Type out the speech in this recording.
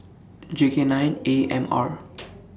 J K nine A M R